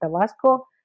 Tabasco